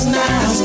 now